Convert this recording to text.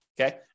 okay